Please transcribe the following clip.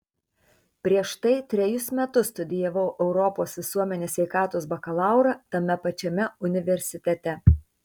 prieš tai trejus metus studijavau europos visuomenės sveikatos bakalaurą tame pačiame universitete